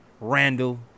Randall